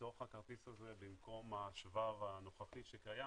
בתוך הכרטיס הזה במקום השבב הנוכחי שקיים